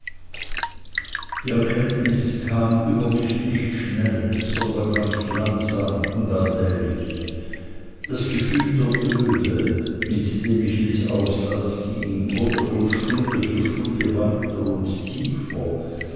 die erkenntnis kam über mich nicht schnell sondern ganz langsam und allmählich das gefühl der öde mit dem ich ins ausland ging wurde von stunde zu stunde weiter und tiefer